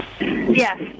Yes